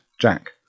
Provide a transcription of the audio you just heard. Jack